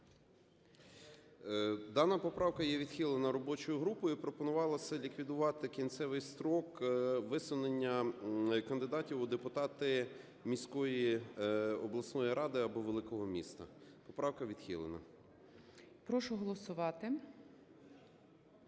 Дана поправка є відхилена робочою групою. Пропонувалося ліквідувати кінцевий строк висунення кандидатів у депутати міської обласної ради або великого міста. Поправка відхилена. ГОЛОВУЮЧИЙ. Прошу голосувати.